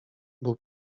był